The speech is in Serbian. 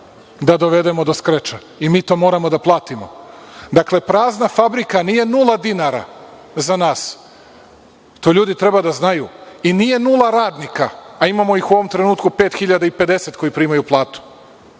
da dovedemo do skreča i mi to moramo da platimo. Dakle, prazna fabrika nije nula dinara za nas, to ljudi treba da znaju. I nije nula radnika, a imamo ih u ovom trenutku 5.050 koji primaju platu.